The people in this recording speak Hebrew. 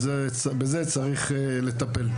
בזה צריך לטפל.